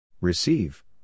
Receive